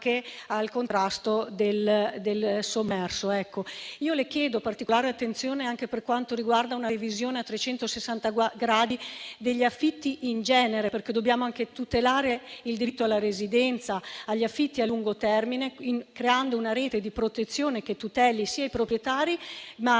Le chiedo particolare attenzione anche per quanto riguarda una revisione a trecentosessanta gradi degli affitti in genere, perché dobbiamo anche tutelare il diritto alla residenza e agli affitti a lungo termine, creando una rete di protezione che tuteli sia i proprietari, sia